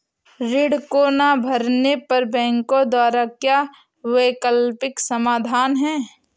ऋण को ना भरने पर बैंकों द्वारा क्या वैकल्पिक समाधान हैं?